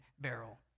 barrel